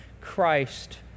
Christ